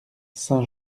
saint